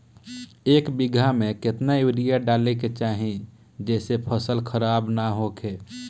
एक बीघा में केतना यूरिया डाले के चाहि जेसे फसल खराब ना होख?